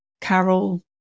Carol